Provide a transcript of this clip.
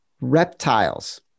reptiles